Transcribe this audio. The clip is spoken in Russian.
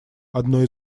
одной